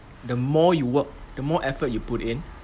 the more you work the more effort you put in